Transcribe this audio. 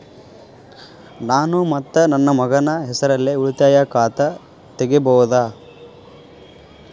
ನಾನು ಮತ್ತು ನನ್ನ ಮಗನ ಹೆಸರಲ್ಲೇ ಉಳಿತಾಯ ಖಾತ ತೆಗಿಬಹುದ?